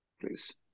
please